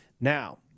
Now